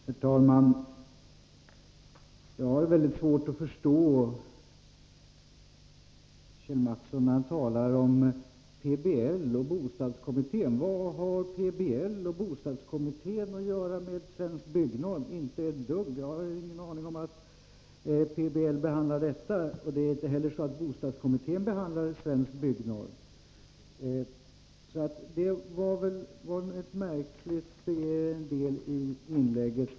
Herr talman! Jag har mycket svårt att förstå Kjell Mattsson när han talar om PBL och bostadskommittén. Vad har det att göra med Svensk byggnorm? Inte ett dugg. Det var en märklig del i inlägget.